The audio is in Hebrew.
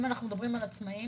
אם אנחנו מדברים על עצמאים,